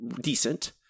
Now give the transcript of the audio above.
decent